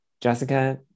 Jessica